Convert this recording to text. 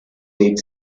date